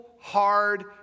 hard